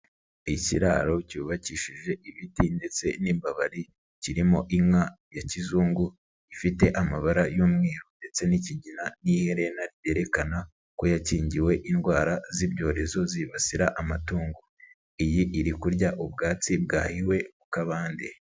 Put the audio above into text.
Ikiraro cyubakishije ibiti ndetse n'imbabari kirimo inka ya kizungu, ifite amabara y'umweru ndetse n'ikigina n'iherena yerekana ko yakingiwe indwara z'ibyorezo zibasira amatungo, iyi iri kurya ubwatsi bwahiwe mu kabande.